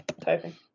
typing